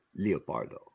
Leopardo